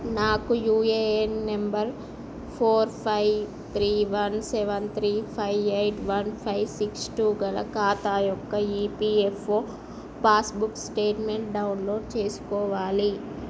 నాకు UAN number four five three one seven three five eight one five six two గల ఖాతా యొక్క EPFO passbook statement download చేసుకోవాలి